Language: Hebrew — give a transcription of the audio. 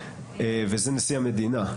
וזה נשיא המדינה.